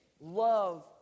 Love